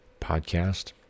podcast